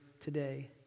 today